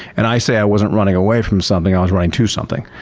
and i say i wasn't running away from something, i was running to something.